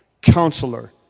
Counselor